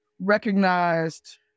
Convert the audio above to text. recognized